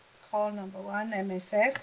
call number one M_S_F